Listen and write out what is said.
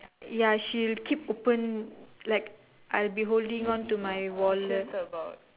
ya she'll keep open like I'll be holding onto my wallet